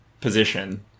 position